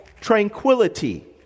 tranquility